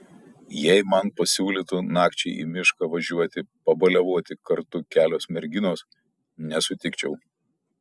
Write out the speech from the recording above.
jei man pasiūlytų nakčiai į mišką važiuoti pabaliavoti kartu kelios merginos nesutikčiau